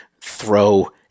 throw